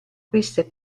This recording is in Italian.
queste